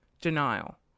Denial